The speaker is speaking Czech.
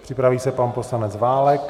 Připraví se pan poslanec Válek.